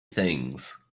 things